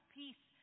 peace